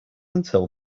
until